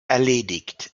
erledigt